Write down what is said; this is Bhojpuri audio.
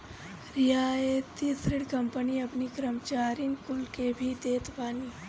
रियायती ऋण कंपनी अपनी कर्मचारीन कुल के भी देत बानी